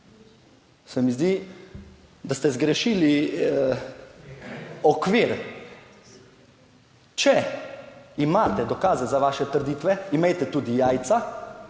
Se mi zdi, da ste zgrešili okvir. Če imate dokaze za vaše trditve, imejte tudi jajca